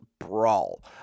brawl